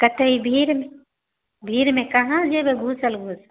कतेक भीड़मे भीड़मे कहाँ जयबै घुसल घुसल